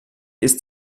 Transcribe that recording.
ist